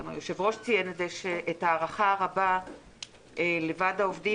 גם היושב-ראש ציין את זה את ההערכה הרבה לוועד העובדים